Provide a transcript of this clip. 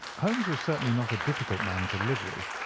holmes was certainly not a difficult man to live with.